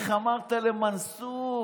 איך אמרת למנסור?